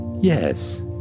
Yes